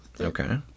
okay